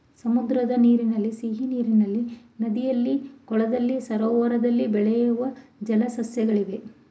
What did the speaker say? ಸಮುದ್ರದ ನೀರಿನಲ್ಲಿ, ಸಿಹಿನೀರಿನಲ್ಲಿ, ನದಿಯಲ್ಲಿ, ಕೊಳದಲ್ಲಿ, ಸರೋವರದಲ್ಲಿ ಬೆಳೆಯೂ ಜಲ ಸಸ್ಯಗಳಿವೆ